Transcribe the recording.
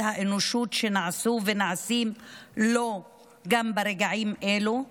האנושות שנעשו ונעשים לו גם ברגעים אלו,